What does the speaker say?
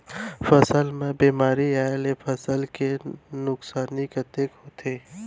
फसल म बेमारी आए ले फसल के नुकसानी कतेक होथे?